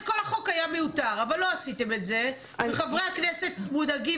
כל החוק היה מיותר אבל לא עשיתם את זה וחברי הכנסת מודאגים,